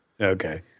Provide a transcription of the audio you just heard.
Okay